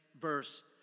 verse